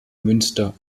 münster